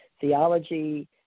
theology